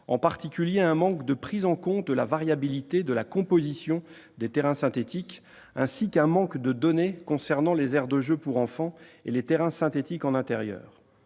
en particulier un manque de prise en compte de la variabilité de la composition des terrains synthétiques, ainsi qu'un manque de données concernant les aires de jeu pour enfants et les terrains synthétiques en intérieur.